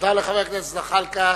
תודה לחבר הכנסת זחאלקה.